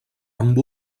amb